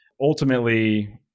Ultimately